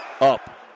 Up